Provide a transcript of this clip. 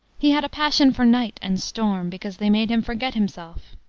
he had a passion for night and storm, because they made him forget himself.